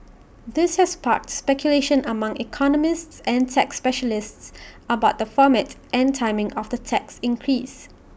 this has sparked speculation among economists and tax specialists about the format and timing of the tax increase